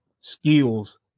skills